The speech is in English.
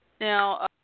Now